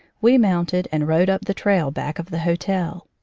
we mounted and rode up the trail back of the hotel.